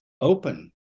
open